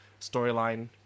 storyline